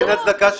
אין הצדקה.